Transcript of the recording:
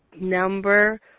Number